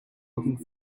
looking